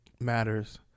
matters